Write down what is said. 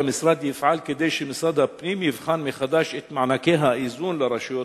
המשרד יפעל כדי שמשרד הפנים יבחן מחדש את מענקי האיזון לרשויות,